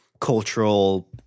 cultural